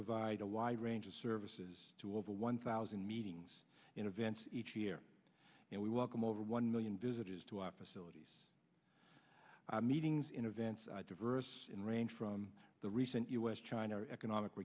provide a wide range of services to over one thousand meetings and events each year and we welcome over one million visitors to our facilities meetings in advance diverse in range from the recent u s china economic